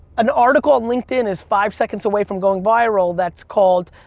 an article on linkedin is five seconds away from going viral that's called,